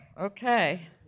Okay